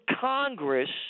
Congress –